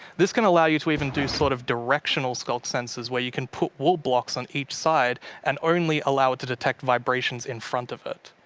this can allow you to even do sort of directional skulk sensors where you can put wool blocks on each side and only allow it to detect vibrations in front of it.